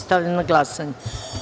Stavljam na glasanje.